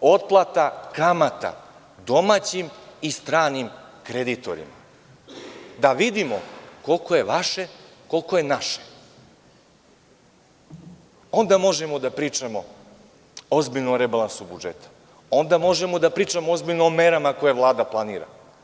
otplata kamata domaćim i stranim kreditorima, da vidimo koliko je vaše, koliko je naše, onda možemo da pričamo ozbiljno o rebalansu budžeta, onda možemo da pričamo ozbiljno o merama koje Vlada planira.